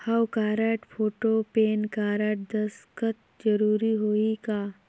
हव card, photo, PAN card, दस्खत जरूरी होही का?